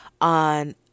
on